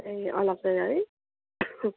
ए अलगै है